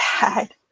bad